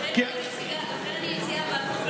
לכן אני מציעה שבגוף,